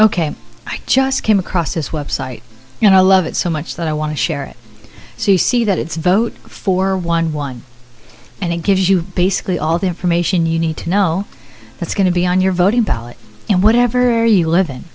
ok i just came across this web site you know i love it so much that i want to share it so you see that it's vote for one one and it gives you basically all the information you need to know what's going to be on your voting ballot and whatever the living